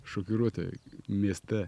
šokiruoti mieste